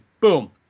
boom